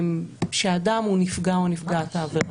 שאדם הוא נפגע או נפגעת העבירה.